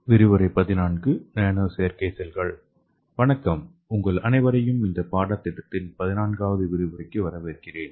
வணக்கம் உங்கள் அனைவரையும் இந்தப் பாடத்திட்டத்தில் 14ஆவது விரிவுரை வரவேற்கிறேன்